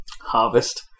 Harvest